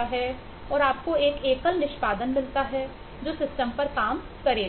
है और आपको एक एकल निष्पादन मिलता है जो सिस्टम पर काम करेगा